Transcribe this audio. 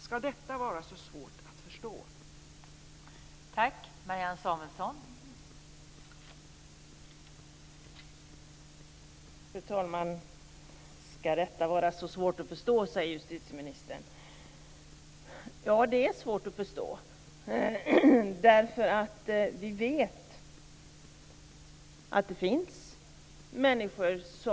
Ska detta vara så svårt att förstå?